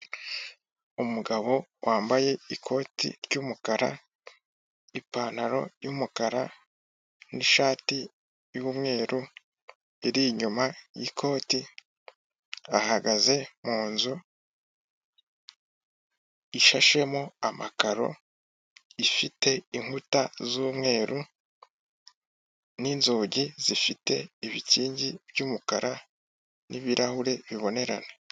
Umugabo wambaye ikoti ry'umukara, ipantalo y'umukara n'ishati y'umweru iri inyuma y'ikoti, ahagaze mu nzu ishashemo amakaro, ifite inkuta z'umweru n'inzugi zifite ibikingi by'umukara n'ibirahure bibonerana.